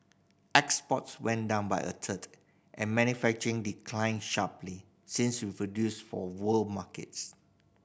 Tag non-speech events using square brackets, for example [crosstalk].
exports went down by a third and [unintelligible] declined sharply since we produced for world markets